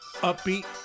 upbeat